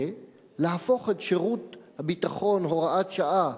להפוך את חוק שירות ביטחון (הוראת שעה)